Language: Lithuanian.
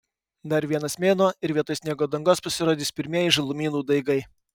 dar vienas mėnuo ir vietoj sniego dangos pasirodys pirmieji žalumynų daigai